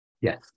Yes